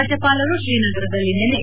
ರಾಜ್ವಪಾಲರು ಶ್ರೀನಗರದಲ್ಲಿ ನಿನ್ನೆ